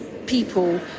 people